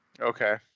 Okay